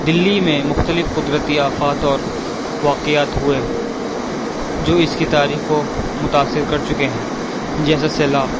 دلی میں مختلف قدرتی آفات اور واقعات ہوئے جو اس کی تاریخ کو متاثر کر چکے ہیں جیسے سیلاب